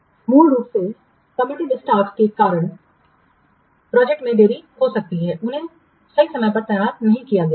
मूल रूप से कमिटेड स्टॉपप्रतिबद्ध कर्मचारियों के कारण एक प्रोजेक्ट में देरी सकती है उन्हें सही समय पर तैनात नहीं किया गया है